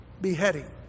Beheading